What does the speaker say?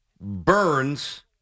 Burns